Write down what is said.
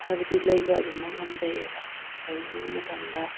ꯍꯥꯏꯕꯗꯤ ꯂꯩꯕ ꯑꯗꯨꯃꯛ ꯉꯝꯖꯩꯌꯦꯕ ꯀꯩꯒꯨꯝꯕ ꯃꯇꯝꯗ